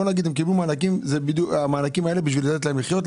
בואו נגיד שהם קיבלו מענקים כדי לאפשר להם לחיות,